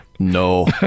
No